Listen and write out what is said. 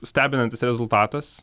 stebinantis rezultatas